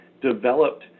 developed